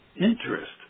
interest